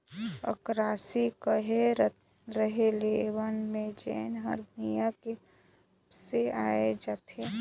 अकरासी करे रहें ले बन में जेर हर भुइयां के उपरे आय जाथे